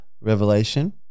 revelation